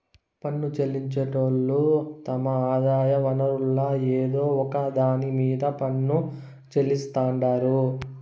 పన్ను చెల్లించేటోళ్లు తమ ఆదాయ వనరుల్ల ఏదో ఒక దాన్ని మీద పన్ను చెల్లిస్తాండారు